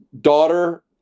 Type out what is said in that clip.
daughter